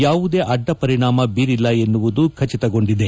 ಯಾವುದೇ ಅಡ್ಡಪರಿಣಾಮ ಬೀರಿಲ್ಲ ಎನ್ನುವುದು ಖಚಿತಗೊಂಡಿದೆ